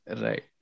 Right